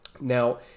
Now